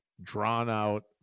drawn-out